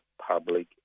public